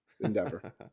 endeavor